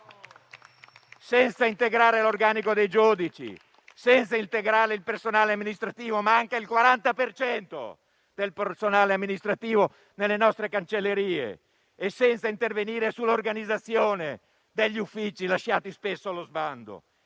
senza integrare l'organico dei giudici, senza integrare il personale amministrativo (manca il 40 per cento del personale amministrativo nelle nostre cancellerie) e senza intervenire sull'organizzazione degli uffici lasciati spesso allo sbando.